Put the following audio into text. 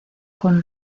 con